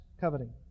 coveting